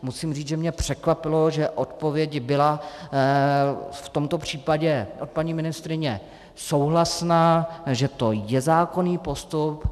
Musím říct, že mě překvapilo, že odpověď byla v tomto případě od paní ministryně souhlasná, že to je zákonný postup.